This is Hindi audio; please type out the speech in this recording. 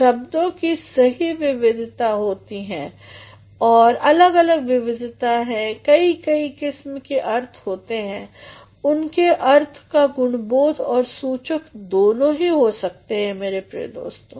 शब्दों की अलग विविधता होती हैं कई किस्म के अर्थ होते हैं उनके अर्थ गुणबोध और सूचक दोनों हो सकते हैं मेरे प्रिय दोस्तों